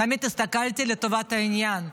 תמיד הסתכלתי על טובת העניין,